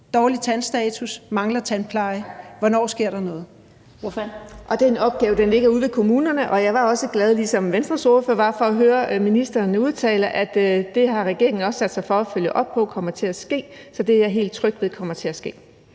Kl. 17:16 Birgitte Vind (S): Den opgave ligger ude i kommunerne. Og jeg var lige så glad, som Venstres ordfører var, for at høre ministeren udtale, at det har regeringen også sat sig for at følge op på kommer til at ske. Så det er jeg helt tryg ved kommer til at ske.